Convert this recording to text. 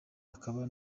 akaba